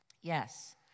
Yes